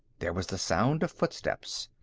there was the sound of footsteps,